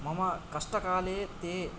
मम कष्टकाले ते